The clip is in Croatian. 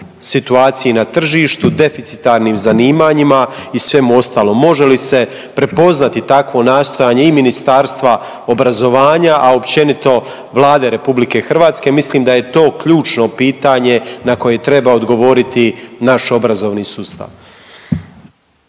situaciji na tržištu, deficitarnim zanimanjima i svemu ostalom? Može li se prepoznati takvo nastojanje i Ministarstva obrazovanja, a općenito Vlade Republike Hrvatske? Mislim da je to ključno pitanje na koje treba odgovoriti naš obrazovni sustav.